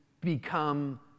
become